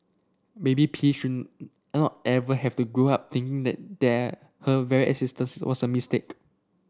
baby P should not ever have to grow up thinking the that her very existence was a mistake